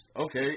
okay